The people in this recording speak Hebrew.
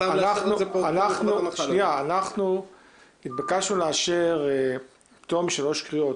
--- אנחנו נתבקשנו לאשר פטור משלוש קריאות.